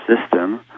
system